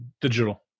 digital